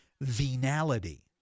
venality